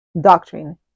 Doctrine